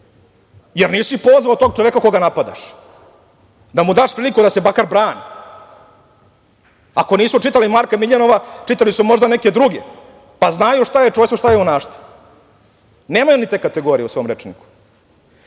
jer nisi pozvao tog čoveka koga napadaš da mu daš priliku da se makar brani. Ako nisu čitali Marka Miljanova, čitali su možda neke druge, pa znaju šta je čojstvo, šta je junaštvo. Nemaju oni te kategorije u svom rečniku